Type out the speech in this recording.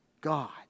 God